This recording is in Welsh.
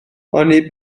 oni